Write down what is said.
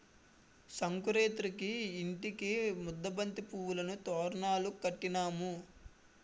సంకురేతిరికి ఇంటికి ముద్దబంతి పువ్వులను తోరణాలు కట్టినాము